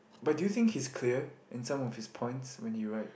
but do you think he's clear in some of his points when you write